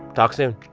talk soon